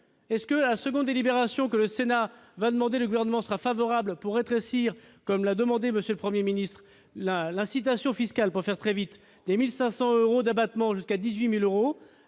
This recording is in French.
Lors de la seconde délibération que le Sénat va demander, le Gouvernement sera-t-il favorable au fait de rétrécir, comme l'a demandé M. le Premier ministre, l'incitation fiscale des 1 500 euros d'abattement, jusqu'à 18 000 euros ?